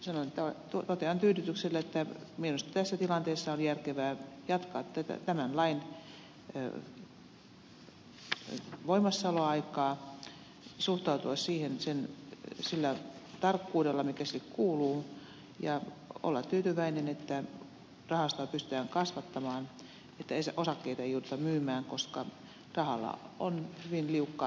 sanon että totean tyydytyksellä että minusta tässä tilanteessa on järkevää jatkaa tämän lain voimassaoloaikaa suhtautua siihen sillä tarkkuudella mikä sille kuuluu ja olla tyytyväinen että rahastoa pystytään kasvattamaan että osakkeita ei jouduta myymään koska rahalla on hyvin liukkaat jäljet